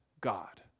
God